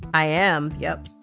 i am. yep.